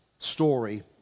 story